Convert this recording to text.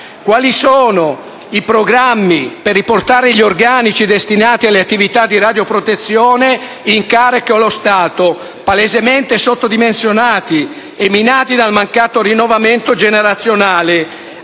quali sono i programmi per riportare gli organici destinati alle attività di radioprotezione in carico allo Stato, palesemente sottodimensionati e minati dal mancato rinnovamento generazionale,